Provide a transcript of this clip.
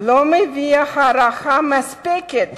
לא מביעה הערכה מספקת